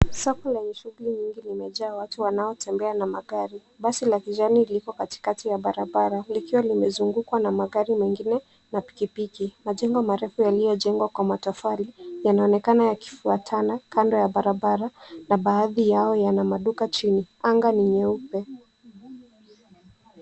Safu enye shuguli nyingi limejaa watu wanaotembea na magari. Basi la abiria liko katikati ya barabara likiwa limezungukwa na magari mengine na pikipiki. Majengo marefu yalijengwa kwa matofali yanaonekana yakifwatana kando ya barabara na baadhi yao yana maduka chini. Anga ni nyeupe.